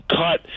cut